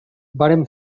vàrem